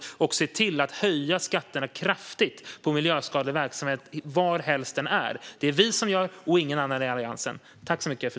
Det är vi som ser till att kraftigt höja skatterna på miljöskadlig verksamhet, varhelst den är. Det är det vi och ingen annan i Alliansen som gör.